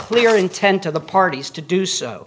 clear intent of the parties to do so